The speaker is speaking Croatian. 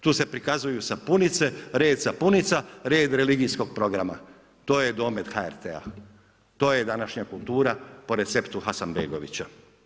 Tu se prikazuju sapunice red sapunica, red religijskog programa, to je domet HRT-a, to je današnja kultura po receptu Hasanbegovića.